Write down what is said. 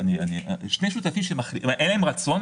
אני מציע שכל עוד אין התאגדות רצונית